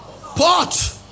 pot